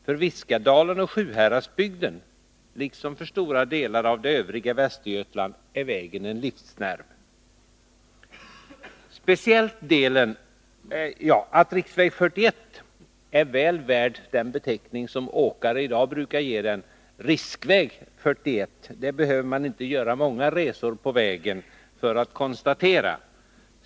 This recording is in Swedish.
För Viskadalen och Sjuhäradsbygden liksom för stora delar av det övriga Västergötland är vägen en livsnerv. Att riksväg 41 är väl värd den beteckning som åkare i dag brukar ge den, ”riskväg 41”, behöver man inte göra många resor på vägen för att konstatera.